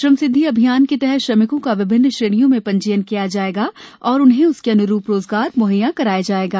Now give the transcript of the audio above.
श्रम सिद्धि अभियान के तहत श्रमिकों का विभिन्न श्रेणियों में पंजीयन किया जाएगा और उन्हें उसके अन्रूप रोजगार म्हैया कराया जाएगा